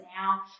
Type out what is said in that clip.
now